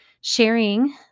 sharing